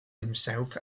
himself